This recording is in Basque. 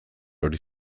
hori